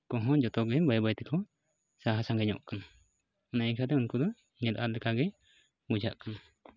ᱠᱚᱦᱚᱸ ᱡᱚᱛᱚᱜᱮ ᱵᱟᱹᱭ ᱵᱟᱹᱭ ᱛᱮᱠᱚ ᱥᱟᱦᱟ ᱥᱟᱺᱜᱤᱧᱚᱜ ᱠᱟᱱᱟ ᱚᱱᱟ ᱟᱹᱭᱠᱷᱟᱹᱛᱮ ᱩᱱᱠᱩ ᱫᱚ ᱧᱮᱞ ᱟᱫ ᱞᱮᱠᱟᱜᱮ ᱵᱩᱡᱷᱟᱹᱜ ᱠᱟᱱᱟ